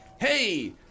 Hey